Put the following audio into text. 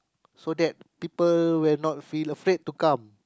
so that people will not feel afraid to come